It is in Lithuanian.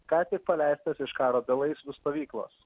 ką tik paleistas iš karo belaisvių stovyklos